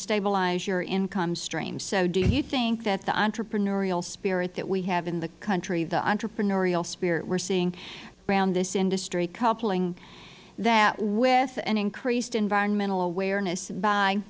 stabilize your income stream so do you think that the entrepreneurial spirit that we have in the country the entrepreneurial we're seeing around this industry coupling with an increase environmental awareness by